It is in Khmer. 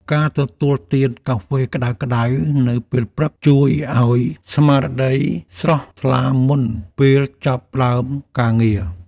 ការទទួលទានកាហ្វេក្តៅៗនៅពេលព្រឹក ជួយឱ្យស្មារតីស្រស់ថ្លាមុនពេលចាប់ផ្តើមការងារ។